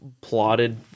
plotted